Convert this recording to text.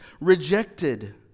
rejected